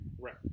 Right